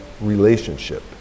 relationship